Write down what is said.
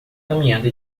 caminhando